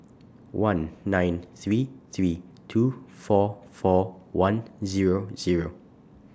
one nine three three two four four one Zero Zero